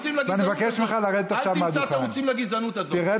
אני רק אומר שאל תמצא תירוצים לגזענות הזאת.